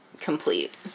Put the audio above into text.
complete